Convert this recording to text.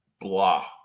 blah